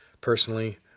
Personally